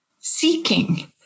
seeking